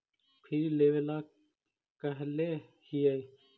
फिर लेवेला कहले हियै?